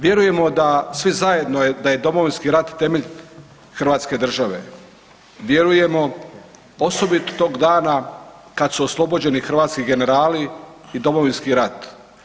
Vjerujemo da, svi zajedno da je Domovinski rat temelj hrvatske države, vjerujemo osobito tog dana kad su oslobođeni hrvatski generali i Domovinski rat.